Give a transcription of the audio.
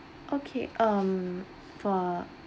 okay um for